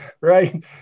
Right